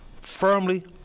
firmly